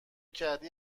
کردی